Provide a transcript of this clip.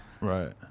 Right